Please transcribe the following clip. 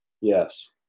Yes